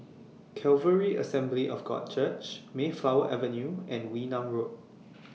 Calvary Assembly of God Church Mayflower Avenue and Wee Nam Road